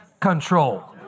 control